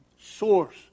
source